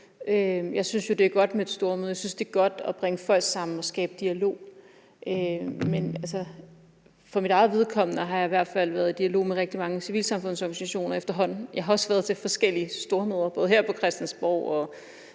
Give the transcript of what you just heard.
Jeg synes jo, det er godt med et stormøde; jeg synes, det er godt at bringe folk sammen og skabe dialog. Men for mit eget vedkommende har jeg i hvert fald været i dialog med rigtig mange civilsamfundsorganisationer efterhånden. Jeg har også været til forskellige stormøder både her på Christiansborg og